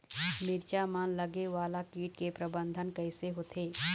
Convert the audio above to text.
मिरचा मा लगे वाला कीट के प्रबंधन कइसे होथे?